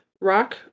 rock